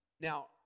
Now